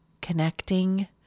connecting